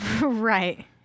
right